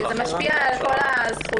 זה משפיע על כל הזכויות,